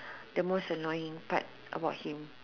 the most annoying part about him